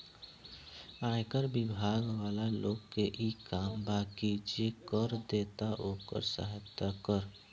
आयकर बिभाग वाला लोग के इ काम बा की जे कर देता ओकर सहायता करऽ